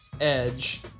edge